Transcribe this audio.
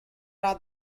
are